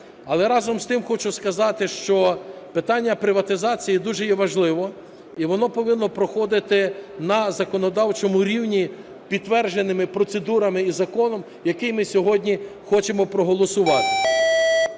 Але разом з тим хочу сказати, що питання приватизації дуже є важливе і воно повинно проходити на законодавчому рівні підтвердженими процедурами і законом, який ми сьогодні хочемо проголосувати.